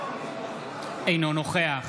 אינו נוכח